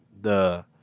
the-